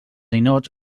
ninots